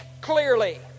clearly